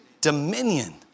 dominion